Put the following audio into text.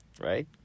right